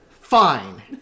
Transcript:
Fine